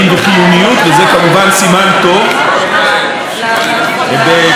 סימן טוב בפתיחת מושב החורף.